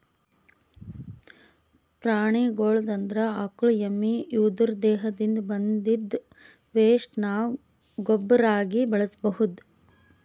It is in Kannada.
ಪ್ರಾಣಿಗಳ್ದು ಅಂದ್ರ ಆಕಳ್ ಎಮ್ಮಿ ಇವುದ್ರ್ ದೇಹದಿಂದ್ ಬಂದಿದ್ದ್ ವೆಸ್ಟ್ ನಾವ್ ಗೊಬ್ಬರಾಗಿ ಬಳಸ್ಬಹುದ್